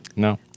No